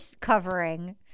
covering